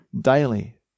daily